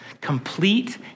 Complete